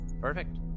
Perfect